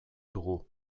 dugu